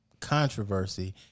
Controversy